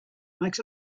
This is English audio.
makes